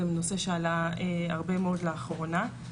זה נושא שעלה הרבה מאוד לאחרונה.